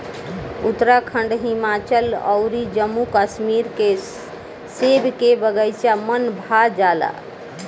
उत्तराखंड, हिमाचल अउर जम्मू कश्मीर के सेब के बगाइचा मन भा जाला